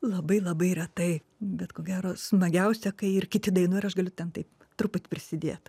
labai labai retai bet ko gero smagiausia kai ir kiti dainuoja ir aš galiu ten taip truputį prisidėt